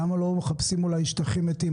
למה לא מחפשים אולי לגבי מערכות לשטחים מתים?